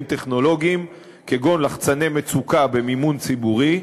טכנולוגיים כגון לחצני מצוקה במימון ציבורי,